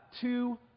two